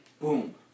Boom